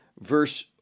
verse